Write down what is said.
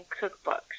cookbooks